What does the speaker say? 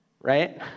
right